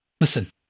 Listen